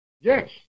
Yes